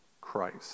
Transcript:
Christ